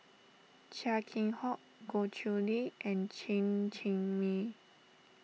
Chia Keng Hock Goh Chiew Lye and Chen Cheng Mei